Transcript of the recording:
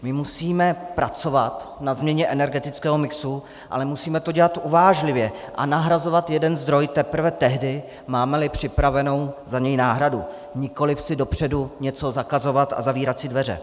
My musíme pracovat na změně energetického mixu, ale musíme to dělat uvážlivě a nahrazovat jeden zdroj teprve tehdy, mámeli připravenu za něj náhradu, nikoliv si dopředu něco zakazovat a zavírat si dveře.